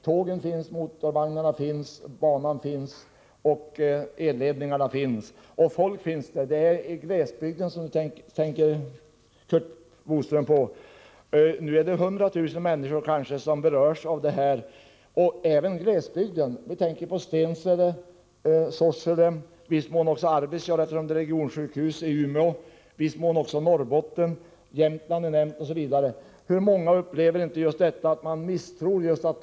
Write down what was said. Tågen, motorvagnarna, elledningarna och banan finns, och det finns också folk. Curt Boström talar om glesbygden. Det är ändå nu ca 100 000 människor som berörs, i Stensele, Sorsele, i viss mån Arvidsjaur — eftersom regionsjukhuset finns i Umeå — och även Norrbotten, Jämtland osv. Hur många är det inte som misstror järnvägen?